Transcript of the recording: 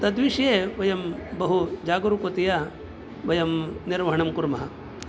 तद्विषये वयं बहु जागरूकतया वयं निर्वहणं कुर्मः